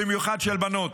במיוחד של בנות.